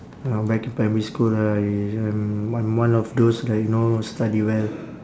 uh back in primary school I I'm one one of those like you know study well